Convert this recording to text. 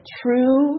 true